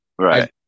Right